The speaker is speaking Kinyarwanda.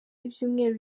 ibyumweru